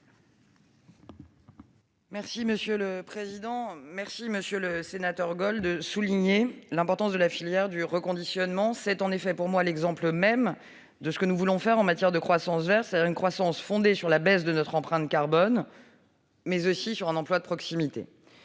Je vous remercie, monsieur le sénateur Gold, de souligner l'importance de la filière du reconditionnement. C'est en effet pour moi l'exemple même de ce que nous voulons faire en matière de croissance verte, c'est-à-dire une croissance fondée non seulement sur la baisse de notre empreinte carbone, mais aussi sur un emploi de proximité.